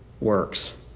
works